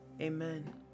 amen